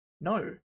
No